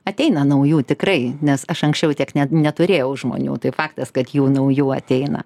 ateina naujų tikrai nes aš anksčiau tiek ne neturėjau žmonių tai faktas kad jų naujų ateina